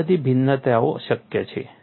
આ બધી ભિન્નતાઓ શક્ય છે